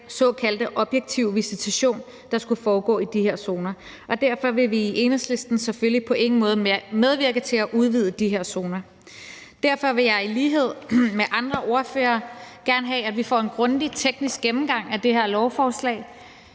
såkaldte objektive visitation, der skulle foregå i de her zoner. Derfor vil vi i Enhedslisten selvfølgelig på ingen måde medvirke til at udvide de her zoner. Derfor vil jeg i lighed med andre ordførere gerne have, at vi får en grundig teknisk gennemgang af det her lovforslag,